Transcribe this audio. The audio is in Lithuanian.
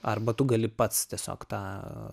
arba tu gali pats tiesiog tą